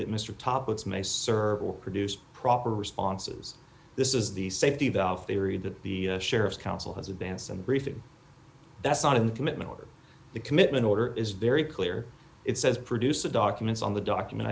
or produce proper responses this is the safety of our area that the sheriff's counsel has advanced and briefing that's not in the commitment or the commitment order is very clear it says produce the documents on the document